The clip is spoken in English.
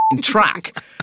track